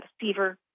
fever